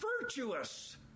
virtuous